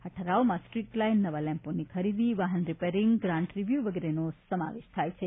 આમાં street line નવા લેમ્પોની ખરીદી વાહન રીપેરીંગ ગ્રાન્ટ રીન્યૂ વગેરેનો સમાવેશ થાય છે